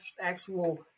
actual